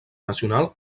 nacional